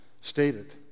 stated